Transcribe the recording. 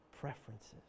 preferences